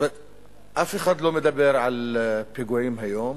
אף אחד לא מדבר על פיגועים היום.